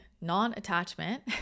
non-attachment